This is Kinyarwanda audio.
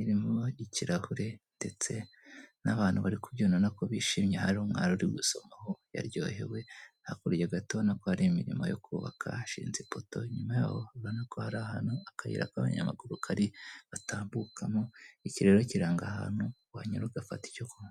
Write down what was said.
iri mu ikirahure ndetse n'abantu bari kubyina urabona ko bishimye, hari umwana uri gusomaho yaryohewe, hakurya gato urabona ko hari imirimo yo kubaka hashinze ipoto, inyuma yaho urabona ko hari ahantu akayira k'abanyamaguru kari batambukamo, iki rero kiranga ahantu wanyura ugafata icyo kunywa.